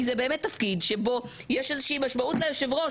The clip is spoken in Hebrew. כי זה באמת תפקיד שבו יש משמעות ליושב ראש,